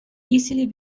easily